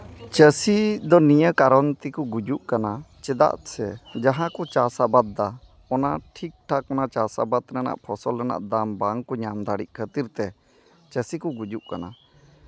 ᱪᱟᱹᱥᱤ ᱫᱚ ᱱᱤᱭᱟᱹ ᱠᱟᱨᱚᱱ ᱛᱮᱠᱚ ᱜᱩᱡᱩᱜ ᱠᱟᱱᱟ ᱪᱮᱫᱟᱜ ᱥᱮ ᱡᱟᱦᱟᱸ ᱠᱚ ᱪᱟᱥ ᱟᱵᱟᱫ ᱫᱟ ᱚᱱᱟ ᱴᱷᱤᱠᱼᱴᱷᱟᱠ ᱚᱱᱟ ᱪᱟᱥ ᱟᱵᱟᱫ ᱨᱮᱱᱟᱜ ᱯᱷᱚᱥᱚᱞ ᱨᱮᱱᱟᱜ ᱫᱟᱢ ᱵᱟᱝᱠᱚ ᱧᱟᱢ ᱫᱟᱲᱮᱭᱟᱜ ᱠᱷᱟᱹᱛᱤᱨ ᱛᱮ ᱪᱟᱹᱥᱤ ᱠᱚ ᱜᱩᱡᱩᱜ ᱠᱟᱱᱟ